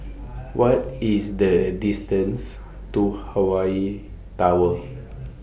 What IS The distance to Hawaii Tower